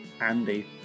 Andy